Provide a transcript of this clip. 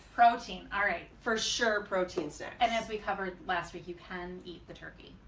protein alright for sure protein snacks and as we covered last week you can eat the turkey.